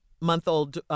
Month-old